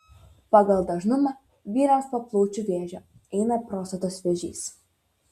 pagal dažnumą vyrams po plaučių vėžio eina prostatos vėžys